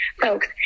folks